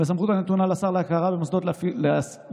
והסמכות הנתונה לשר להכרה במוסדות לפי